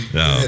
no